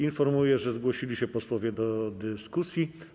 Informuję, że zgłosili się posłowie do dyskusji.